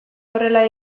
horrela